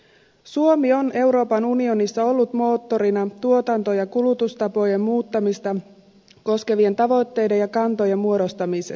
suomi on euroopan unionissa ollut moottorina tuotanto ja kulutustapojen muuttamista koskevien tavoitteiden ja kantojen muodostamisessa